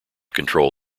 control